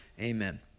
amen